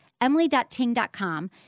emily.ting.com